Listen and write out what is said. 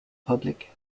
public